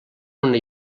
una